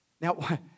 Now